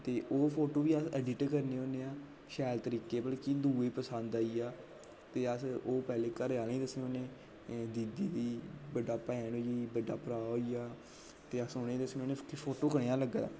ते ओह् फोटो बी अस एडिट करने होने आं शैल तरीके दे कि दूऐ ई पसंद आई जा ते अस ओह् पैह्लें घर आह्लें गी दस्सने होने दीदी गी बड्डा भैन होई बड्डा भ्राऽ होइया ते ते अस उ'नें ई दस्सने होने फोटो कनेहा लग्गा दा